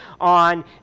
on